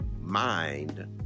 mind